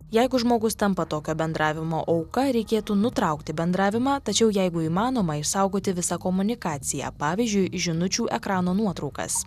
jeigu žmogus tampa tokio bendravimo auka reikėtų nutraukti bendravimą tačiau jeigu įmanoma išsaugoti visą komunikaciją pavyzdžiui žinučių ekrano nuotraukas